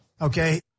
Okay